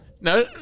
No